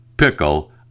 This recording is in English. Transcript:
pickle